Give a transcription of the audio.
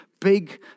big